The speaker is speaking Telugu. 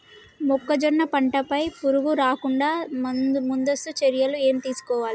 మొక్కజొన్న పంట పై పురుగు రాకుండా ముందస్తు చర్యలు ఏం తీసుకోవాలి?